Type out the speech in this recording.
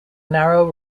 narrow